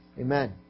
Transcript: Amen